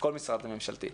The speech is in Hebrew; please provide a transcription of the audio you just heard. כל משרד ממשלתי.